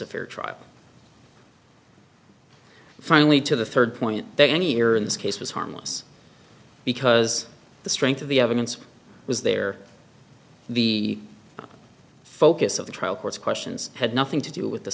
a fair trial finally to the third point that any error in this case was harmless because the strength of the evidence was there the focus of the trial court's questions had nothing to do with the